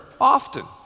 often